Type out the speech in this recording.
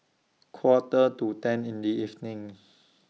Quarter to ten in The evening